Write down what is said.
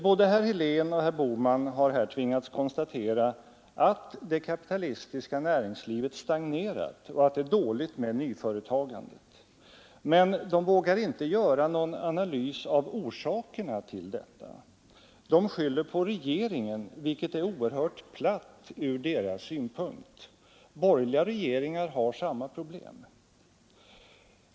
Både herr Helén och herr Bohman har här tvingats konstatera att det kapitalistiska näringslivet stagnerat och att det är dåligt med nyföretagandet, men de vågar inte göra någon analys av orsakerna till detta. De skyller på regeringen, vilket är oerhört platt ur deras synpunkt. Borgerliga regeringar i olika länder har samma problem.